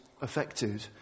affected